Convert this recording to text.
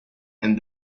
and